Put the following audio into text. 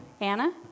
Anna